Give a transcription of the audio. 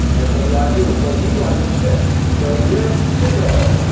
and so the idea was, well, you like chicks, so you're chico.